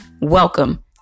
Welcome